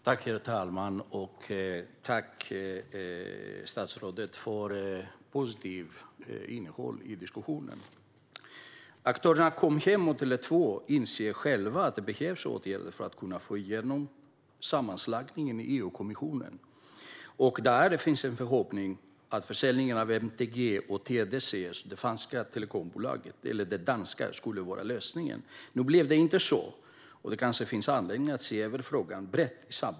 Herr talman! Tack, statsrådet, för positivt innehåll i diskussionen! Aktörerna Com Hem och Tele 2 inser själva att det behövs åtgärder för att få igenom sammanslagningen i EU-kommissionen. Det fanns en förhoppning om att en försäljning av MTG och det danska telekombolaget TDC skulle vara lösningen. Nu blev det inte så, och det kanske finns anledning att se över frågan brett.